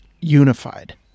unified